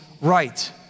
right